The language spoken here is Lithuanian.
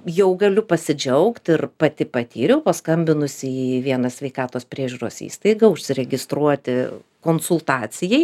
jau galiu pasidžiaugt ir pati patyriau paskambinusi į vieną sveikatos priežiūros įstaigą užsiregistruoti konsultacijai